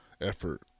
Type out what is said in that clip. effort